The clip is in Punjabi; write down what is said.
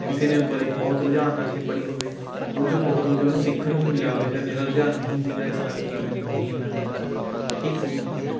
ਕਿਸੇ ਨੇ ਬਹੁ ਬਹੁਤ ਰੁਝਾਨ ਰੱਖ ਕੇ ਪੜ੍ਹੀ ਹੋਵੇ ਉਹ 'ਚ ਬਹੁਤ ਕੁਛ ਉਹਨੂੰ ਸਿਖਣ ਨੂੰ ਵੀ ਮਿਲਿਆ ਹੋਵੇ ਸ਼ਾਇਦ ਮੇਰਾ ਰੁਝਾਨ ਨਹੀਂ ਸੀਗਾ ਇਸ ਕਰਕੇ ਮੈਨੂੰ ਨਹੀਂ ਇੰਨਾ ਮਿਲਿਆ ਠੀਕ ਸੀਗੀ ਓਕੇ ਆ